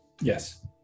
Yes